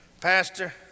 pastor